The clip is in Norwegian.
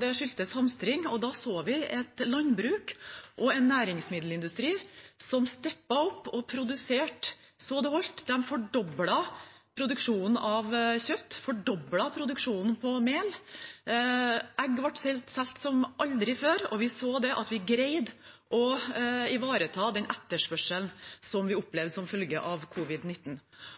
Det skyldtes hamstring. Da så vi et landbruk og en næringsmiddelindustri som støttet opp og produserte så det holdt. De fordoblet produksjonen av kjøtt, fordoblet produksjonen av mel. Egg ble solgt som aldri før, og vi så at vi greide å ivareta den etterspørselen som vi